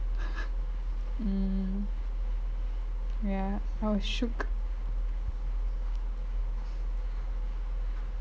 mm ya I was shooked